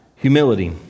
Humility